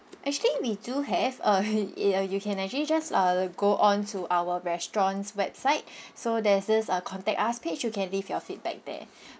actually we do have uh uh ya you can actually just uh go on to our restaurant's website so there's this uh contact us page you can leave your feedback there